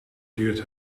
duurt